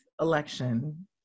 election